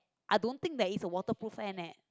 I don't think there is a water proof hairnet